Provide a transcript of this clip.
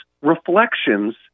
reflections